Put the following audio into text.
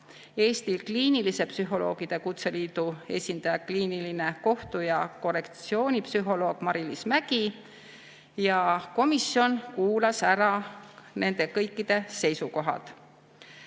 Eesti Kliiniliste Psühholoogide Kutseliidu esindaja, kliiniline kohtu- ja korrektsioonipsühholoog Mari-Liis Mägi. Komisjon kuulas ära nende kõikide seisukohad.